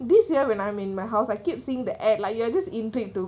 this year when I'm in my house I keep seeing the ad like you just intrigued to